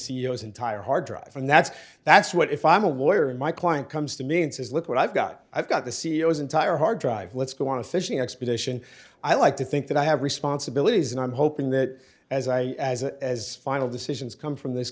o s entire hard drive and that's that's what if i'm a lawyer in my client comes to me and says look what i've got i've got the c e o s entire hard drive let's go on a fishing expedition i like to think that i have responsibilities and i'm hoping that as i as final decisions come from this